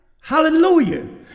hallelujah